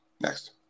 Next